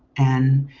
and